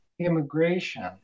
Immigration